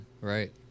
right